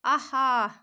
اہا